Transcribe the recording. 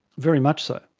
very much so.